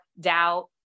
doubt